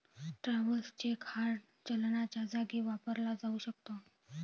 travellers cheque हार्ड चलनाच्या जागी वापरला जाऊ शकतो